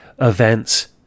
events